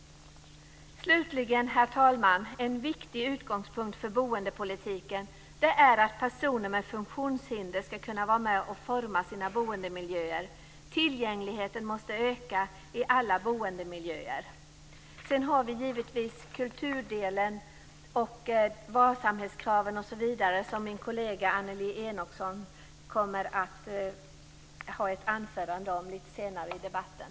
Slutligen, herr talman, är en viktig utgångspunkt för boendepolitiken att personer med funktionshinder ska kunna vara med och forma sina boendemiljöer. Tillgängligheten måste öka i alla boendemiljöer. Sedan har vi givetvis kulturdelen, varsamhetskraven osv. som min kollega Annelie Enochson kommer att ha ett anförande om lite senare i debatten.